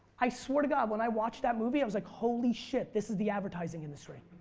i swear to god when i watched that movie i was like, holy shit, this is the advertising industry.